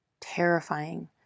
terrifying